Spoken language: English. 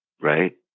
right